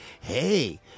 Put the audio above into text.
hey